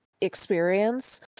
experience